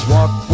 Walk